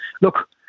look